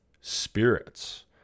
spirits